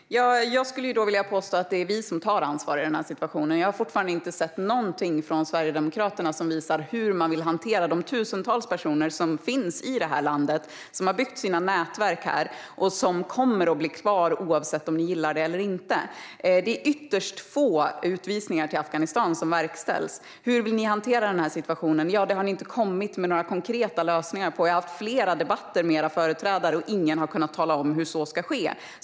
Herr talman! Jag skulle vilja påstå att det är vi som tar ansvar i den här situationen. Jag har fortfarande inte sett något från Sverigedemokraterna som visar hur man vill hantera dessa tusentals personer som finns i det här landet och har byggt sina nätverk här. De kommer att bli kvar här oavsett om ni gillar det eller inte. Det är ytterst få utvisningar till Afghanistan som verkställs. Hur vill ni hantera den här situationen? Det har ni inte kommit med några konkreta lösningar på. Jag har haft flera debatter med era företrädare, och ingen har kunnat tala om hur så ska ske.